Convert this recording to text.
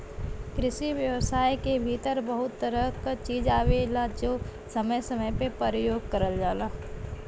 कृषि व्यवसाय के भीतर बहुत तरह क चीज आवेलाजो समय समय पे परयोग करल जाला